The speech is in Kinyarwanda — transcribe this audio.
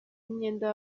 imyenda